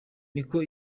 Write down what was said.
niko